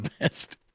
best